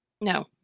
No